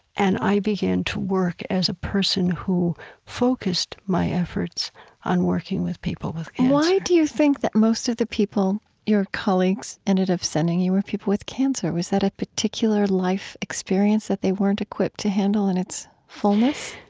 and i began to work as a person who focused my efforts on working with people with cancer why do you think that most of the people your colleagues ended up sending you were people with cancer? was that a particular life experience that they weren't equipped to handle in its fullness?